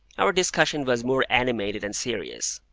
our discussion was more animated and serious.